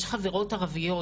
יש חברות ערביות,